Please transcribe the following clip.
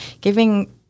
giving